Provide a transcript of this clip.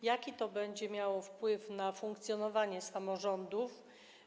Jaki to będzie miało wpływ na funkcjonowanie samorządów?